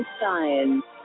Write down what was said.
science